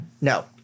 No